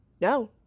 No